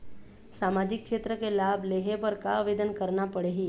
सामाजिक क्षेत्र के लाभ लेहे बर का आवेदन करना पड़ही?